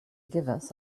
givers